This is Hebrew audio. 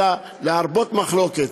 אלא להרבות מחלוקת.